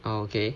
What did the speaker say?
ah okay